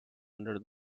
under